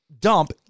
dump